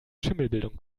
schimmelbildung